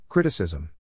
Criticism